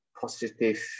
positive